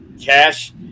cash